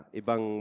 ibang